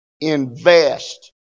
invest